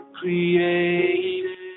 Created